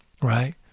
right